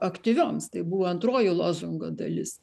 aktyvioms tai buvo antroji lozungo dalis